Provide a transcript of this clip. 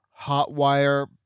hotwire